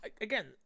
again